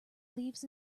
leaves